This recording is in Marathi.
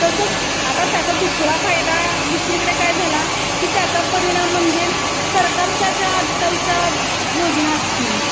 तसंच आता त्याचा दुसरा फायदा दुसरीकडे काय झाला की त्याचा परिणाम म्हणजे सरकारच्या ज्या आजकालच्या योजना असतील